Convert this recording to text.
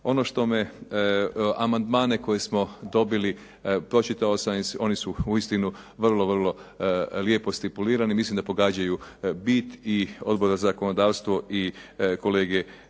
Ono što me amandmane koje smo dobili, pročitao sam i oni su uistinu vrlo, vrlo lijepo stipulirani. Mislim da pogađaju bit i Odbor za zakonodavstvo i kolege